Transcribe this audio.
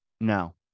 no